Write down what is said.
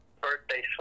birthday